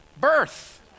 birth